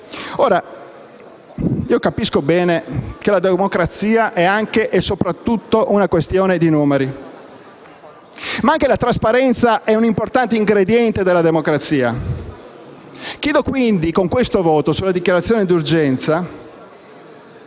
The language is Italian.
Ora, io capisco bene che la democrazia è anche e soprattutto una questione di numeri ma la trasparenza è un importante ingrediente della democrazia. Chiedo quindi, con il voto sulla dichiarazione di urgenza,